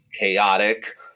chaotic